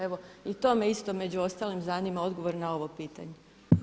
Evo i to me isto među ostalim zanima, odgovor na ovo pitanje.